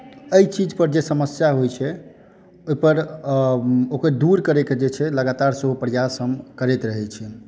एहि चीज पर जे समस्या होइ छै ओहि पर ओकरा दूर करैकेँ जे छै सेहो प्रयास हम करैत रहै छी